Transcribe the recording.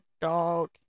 dog